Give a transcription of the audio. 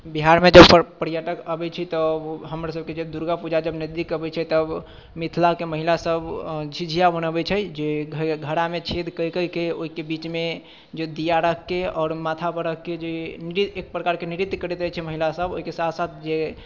बिहारमे तऽ पर्यटक अबै छै तब हमर सबके जे दुर्गा पूजा जब नजदीक अबै छै तब मिथिलाके महिला सब झिझिया बनऽबै छै जे घड़ामे छेद कए कऽ ओइके बीचमे जे दिया रखिके आओर माथापर राखिके जे नृत्य एक प्रकारके नृत्य करै छै महिला सब ओइके साथ साथ जे